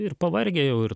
ir pavargę jau ir